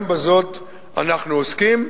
גם בזאת אנחנו עוסקים.